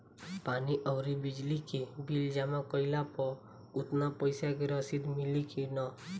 पानी आउरबिजली के बिल जमा कईला पर उतना पईसा के रसिद मिली की न?